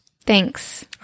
Thanks